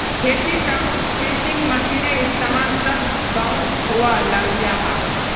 खेतिर कामोत थ्रेसिंग मशिनेर इस्तेमाल सब गाओंत होवा लग्याहा